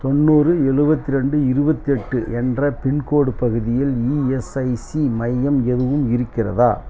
தொண்ணூறு எழுபத்ரெண்டு இருபத்தெட்டு என்ற பின்கோடு பகுதியில் இஎஸ்ஐசி மையம் எதுவும் இருக்கிறதா